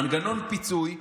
מנגנון פיצוי.